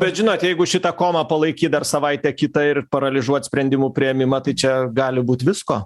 bet žinot jeigu šitą kovą palaikyt dar savaitę kitą ir paralyžiuot sprendimų priėmimą čia gali būti visko